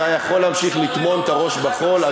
אתה יכול להמשיך לטמון את הראש בחול,